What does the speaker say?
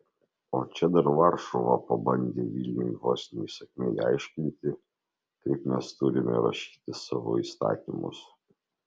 o čia dar varšuva pabandė vilniui vos ne įsakmiai aiškinti kaip mes turime rašyti savo įstatymus